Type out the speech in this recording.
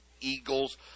eagles